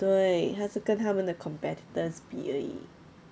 对他是跟他们的 competitors 比而已